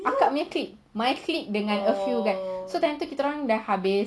akak punya clique my clique dengan a few guys so time tu kita orang dah habis